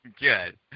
good